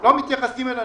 לא מתייחסים אלינו.